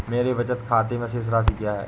मेरे बचत खाते में शेष राशि क्या है?